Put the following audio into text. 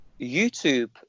YouTube